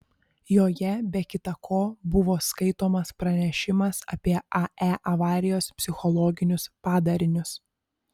joje be kita ko buvo skaitomas pranešimas apie ae avarijos psichologinius padarinius